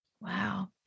Wow